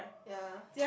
ya